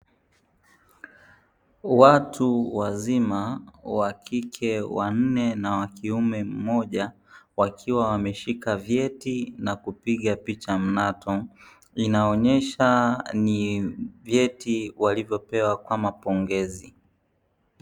Watu wazima wakike wanne na wa kiume mmoja wakiwa wameshika vyeti na kupiga picha mnato, inaonyesha ni vyeti walivyopewa kama pongezi.